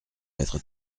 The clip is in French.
être